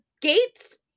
gates